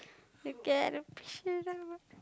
you get a push it over